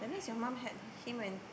that means your mom had her him when